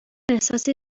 احساسی